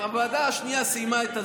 הוועדה השנייה סיימה,